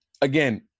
again